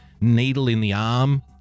needle-in-the-arm